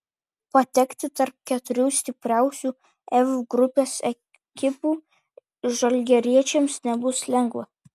patekti tarp keturių stipriausių f grupės ekipų žalgiriečiams nebus lengva